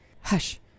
Hush